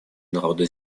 народа